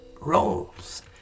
roles